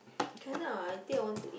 can not I think I want to